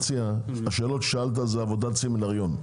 השאלות ששאלת זאת עבודת סמינריון.